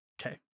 Okay